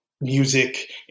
music